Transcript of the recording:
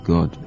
God